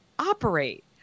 Operate